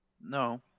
No